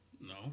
No